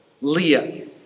Leah